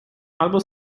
albo